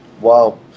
Wow